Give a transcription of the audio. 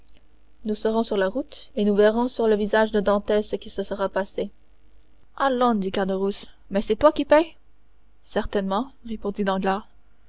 nous serons sur la route et nous verrons sur le visage de dantès ce qui se sera passé allons dit caderousse mais c'est toi qui paies certainement répondit